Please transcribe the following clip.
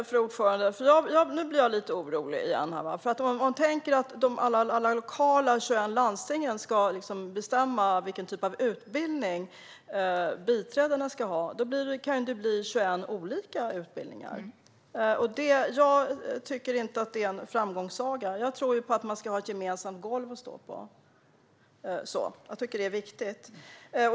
Fru talman! Nu blir jag lite orolig igen. Om man tänker sig att alla de 21 landstingen ska bestämma lokalt vilken utbildning biträdena ska ha kan det ju bli 21 olika utbildningar. Jag tror inte att det är en framgångssaga. Jag tror att man ska ha ett gemensamt golv att stå på. Jag tycker att det är viktigt.